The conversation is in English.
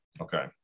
Okay